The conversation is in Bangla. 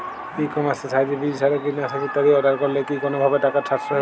ই কমার্সের সাহায্যে বীজ সার ও কীটনাশক ইত্যাদি অর্ডার করলে কি কোনোভাবে টাকার সাশ্রয় হবে?